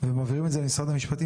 ומעבירים את זה למשרד המשפטים,